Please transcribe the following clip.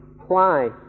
apply